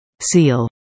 Seal